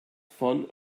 von